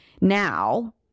now